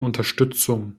unterstützung